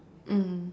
mmhmm